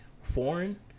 foreign